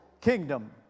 kingdom